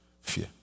fear